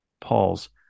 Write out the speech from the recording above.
Paul's